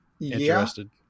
interested